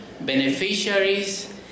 beneficiaries